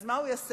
אז מה הוא יעשה?